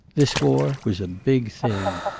this war was a big thing.